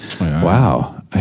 Wow